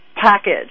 package